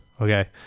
okay